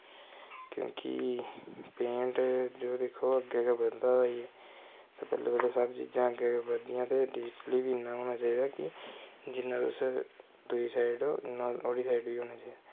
क्योंकि पेंट जो दिक्खो अग्गैं ते बधदा गै ऐ ते सब चीज़ां इयां अग्गैं बधदियां ते डिजटली बी इंयां गै होना चाही दा कि जिन्ना तुस दूई साईड हो उन्ना ओह्दी साईड बी होना चाही दा